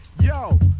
yo